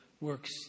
works